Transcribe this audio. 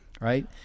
Right